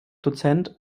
dozent